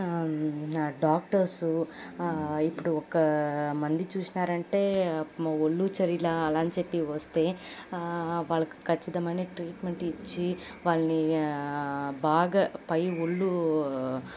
doctors ఇప్పుడు ఒక్క మంది చూశారంటే ఒళ్ళు చలిలా అలా అని చెప్పి వస్తే వాళ్ళకు ఖచ్చితమైన ట్రీట్మెంట్ ఇచ్చి వాళ్ళని బాగా పై ఒళ్ళు